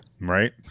Right